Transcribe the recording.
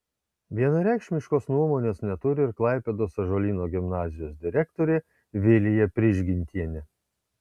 vienareikšmiškos nuomonės neturi ir klaipėdos ąžuolyno gimnazijos direktorė vilija prižgintienė